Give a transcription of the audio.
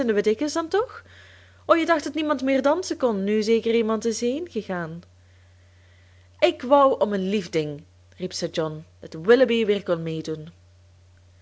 dan toch o je dacht dat niemand meer dansen kon nu zeker iemand is heengegaan ik wou om een lief ding riep sir john dat willoughby weer kon meedoen